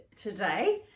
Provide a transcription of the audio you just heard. today